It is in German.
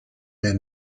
mehr